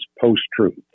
post-truth